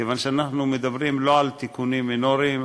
כיוון שאנחנו מדברים לא על תיקונים מינוריים,